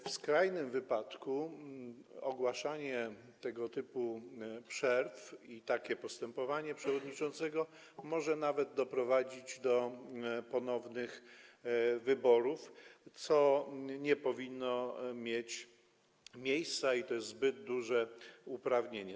W skrajnym wypadku ogłaszanie tego typu przerw i takie postępowanie przewodniczącego może nawet doprowadzić do ponownych wyborów, co nie powinno mieć miejsca, to jest zbyt duże uprawnienia.